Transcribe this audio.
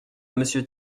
monsieur